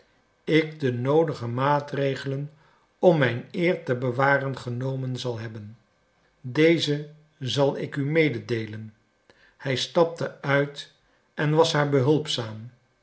ik de noodige maatregelen om mijn eer te bewaren genomen zal hebben deze zal ik u mededeelen hij stapte uit en was haar behulpzaam